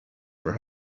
for